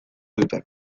dute